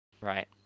Right